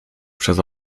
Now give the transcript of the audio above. przez